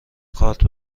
کارت